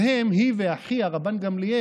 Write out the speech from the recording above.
הם, היא ואחיה, רבן גמליאל,